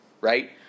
right